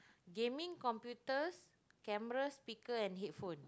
gaming computers cameras speaker and headphone